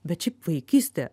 bet šiaip vaikystė